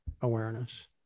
awareness